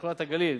שכונת הגליל,